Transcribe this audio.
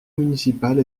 municipale